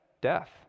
death